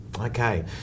Okay